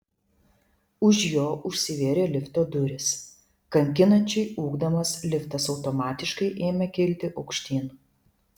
už jo užsivėrė lifto durys kankinančiai ūkdamas liftas automatiškai ėmė kilti aukštyn